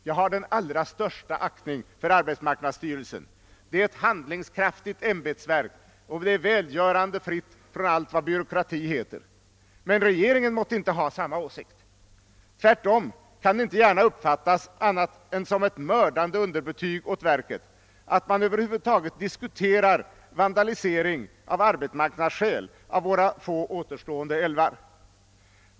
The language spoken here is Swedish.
Jag har den allra största aktning för arbetsmarknadsstyrelsen. Den är ett handlingskraftigt ämbetsverk, välgörande fritt från byråkrati, men regeringen måtte inte ha samma åsikt. Tvärtom kan det inte gärna uppfattas annat än som ett mördande underbetyg för verket att man över huvud taget diskuterar vandalisering av arbetsmarknadsskäl av våra få återstående älvar.